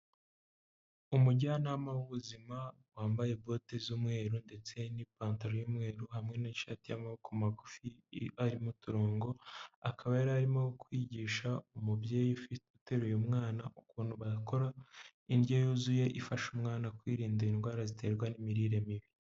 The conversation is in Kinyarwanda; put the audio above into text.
Umujyanama w'ubuzima wambaye bote z'umweru ndetse n'ipantaro y'umweru hamwe n'ishati y'amaboko magufi arimo uturongo, akaba yari arimo kwigisha umubyeyi uteruye umwana ukuntu bakora indyo yuzuye ifasha umwana kwirinda indwara ziterwa n'imirire mibi.